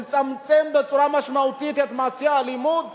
לצמצם בצורה משמעותית את מעשי האלימות